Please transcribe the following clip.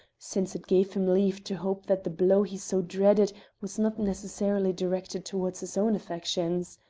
since it gave him leave to hope that the blow he so dreaded was not necessarily directed toward his own affections.